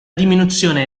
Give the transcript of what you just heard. diminuzione